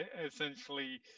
essentially